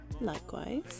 Likewise